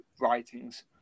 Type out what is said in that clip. writings